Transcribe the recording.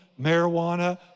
marijuana